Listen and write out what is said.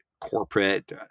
corporate